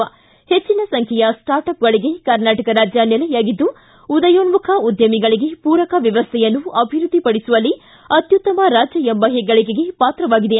ಹೆಚ್ಚಿನ ಸಂಖ್ಯೆಯ ಸ್ವಾರ್ಟ್ಅಪ್ಗಳಗೆ ಕರ್ನಾಟಕ ರಾಜ್ಯ ನೆಲೆಯಾಗಿದ್ದು ಉದಯೋನ್ನುಖ ಉದ್ದಮಿಗಳಿಗೆ ಪೂರಕ ವ್ಯವಸ್ಥೆಯನ್ನು ಅಭಿವೃದ್ಧಿಪಡಿಸುವಲ್ಲಿ ಅತ್ಯುತ್ತಮ ರಾಜ್ಯ ಎಂಬ ಹೆಗ್ಗಳಕೆಗೆ ಪಾತ್ರವಾಗಿದೆ